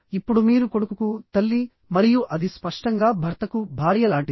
ఇప్పుడు మీరు కొడుకుకు తల్లి మరియు అది స్పష్టంగా భర్తకు భార్య లాంటిది